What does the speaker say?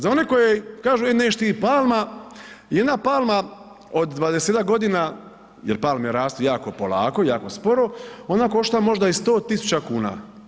Za one koji kažu, e neš ti palma, jedna palma od 20-tak godina jel palme rastu jako polako i jako sporo, ona košta možda i 100.000 kuna.